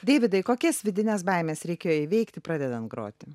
deividai kokias vidines baimes reikėjo įveikti pradedant groti